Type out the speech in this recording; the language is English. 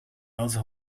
else